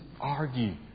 argue